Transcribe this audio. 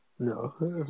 No